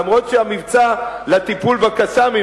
אף שהמבצע לטיפול ב"קסאמים",